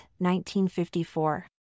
1954